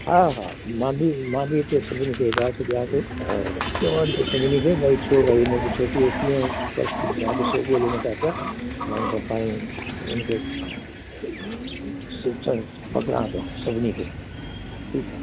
हा हा मां बि मां बि हिते सुनिल खे हिदायतु ॾेया थो त सुनिल खे भई छो भई हिन छोकिरीअ खे कीअं पर्स तव्हां ॾिसो ॻोल्हियो नथा पिया मां उनसां पाणेई हुते पकिड़िया थो सभिनी खे ठीकु आहे